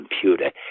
computer